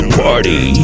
party